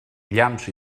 llamps